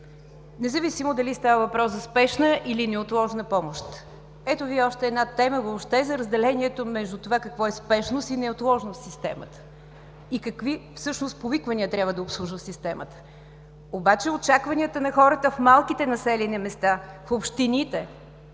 независимо дали става въпрос за спешна или неотложна помощ. Ето Ви още една тема въобще за разделението между това какво е спешност и неотложност в системата и какви всъщност повиквания трябва да обслужва системата. Обаче очакванията на хората в малките населени места, в общините